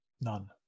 None